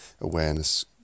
awareness